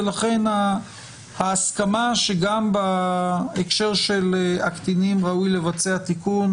ולכן ההסכמה שגם בהקשר של הקטינים ראוי לבצע תיקון.